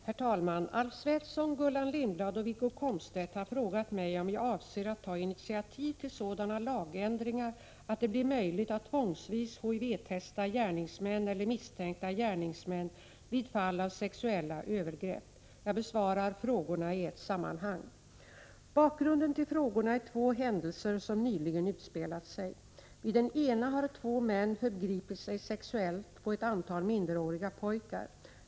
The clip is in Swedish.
Herr talman! Alf Svensson, Gullan Lindblad och Wiggo Komstedt har frågat mig om jag avser att ta initiativ till sådana lagändringar, att det blir möjligt att tvångsvis HIV-testa gärningsmän eller misstänkta gärningsmän vid fall av sexuella övergrepp. Jag besvarar frågorna i ett sammanhang. Bakgrunden till frågorna är två händelser som nyligen utspelat sig. Vid den ena har två män förgripit sig sexuellt på ett antal minderåriga pojkar.